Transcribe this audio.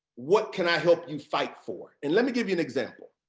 what can i help you fight for? and let me give you an example.